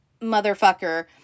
motherfucker